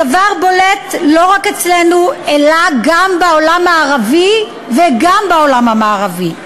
הדבר בולט לא רק אצלנו אלא גם בעולם הערבי וגם בעולם המערבי.